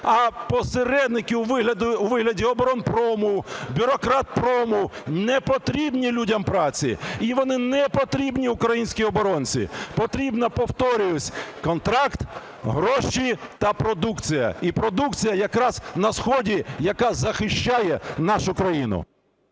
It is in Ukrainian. А посередники у вигляді оборонпрому, "бюрократпрому" непотрібні людям праці і вони непотрібні українській оборонці. Потрібно, повторююсь, контракт, гроші та продукція і продукція якраз на Сході, яка захищає нашу країну.